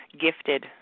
gifted